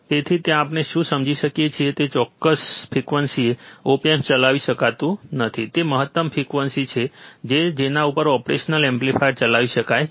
તેથી તેમાંથી આપણે શું સમજીએ છીએ કે કોઈ ચોક્કસ ફ્રીક્વન્સીએ ઓપ એમ્પ ચલાવી શકાતું નથી તે મહત્તમ ફ્રીક્વન્સી છે કે જેના ઉપર ઓપરેશનલ એમ્પ્લીફાયર ચલાવી શકાય છે